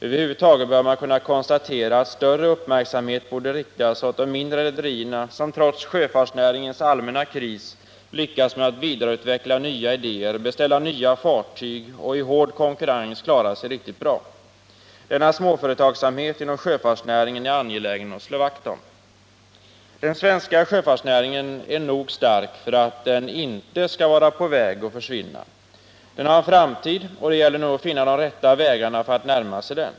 Över huvud taget kan man konstatera att större uppmärksamhet borde riktas på de mindre rederierna, som trots sjöfartsnäringens allmänna kris lyckas med att vidareutveckla nya idéer, beställa nya fartyg och i hård konkurrens klara sig riktigt bra. Det är angeläget att slå vakt om denna småföretagsamhet inom sjöfartsnäringen. Den svenska sjöfartsnäringen är nog stark för att den inte skall vara på väg att försvinna. Den har en framtid, och det gäller nu att finna de rätta vägarna för att närma sig den.